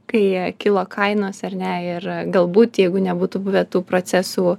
kai kilo kainos ar ne ir galbūt jeigu nebūtų buvę tų procesų